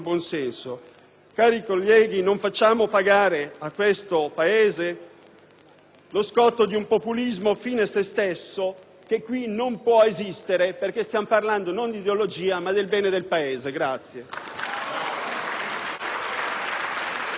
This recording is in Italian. lo scotto di un populismo fine a se stesso: qui non può esistere, perché stiamo parlando non di ideologia ma del bene del Paese. *(Vivi,